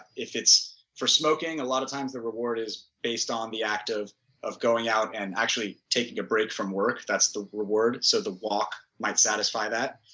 if it's for smoking a lot of times the reward is based on the act of of going out and actually taking a break from work, that's the reward. so the walk might satisfy that.